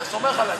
אתה סומך עלי,